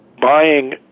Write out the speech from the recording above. buying